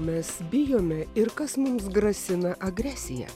mes bijome ir kas mums grasina agresija